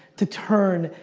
to turn,